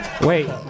Wait